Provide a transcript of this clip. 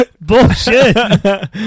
Bullshit